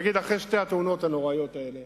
נגיד, אחרי שתי התאונות הנוראיות האלה